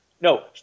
no